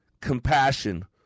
compassion